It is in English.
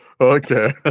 okay